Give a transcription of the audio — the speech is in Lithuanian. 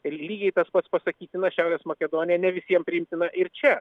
lygiai tas pats pasakytina šiaurės makedonija ne visiems priimtina ir čia